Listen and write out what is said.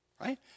right